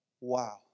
Wow